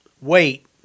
wait